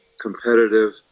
competitive